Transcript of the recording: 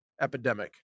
epidemic